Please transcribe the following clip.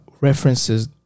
references